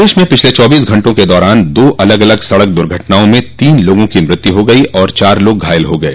प्रदेश में पिछले चौबीस घंटे के दौरान दो अलग अलग सड़क दुर्घटनाओं में तीन लोगों की मृत्यु हो गयी और चार लोग घायल हो गये